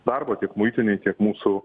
darbo tiek muitinei tiek mūsų